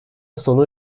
sonu